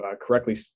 correctly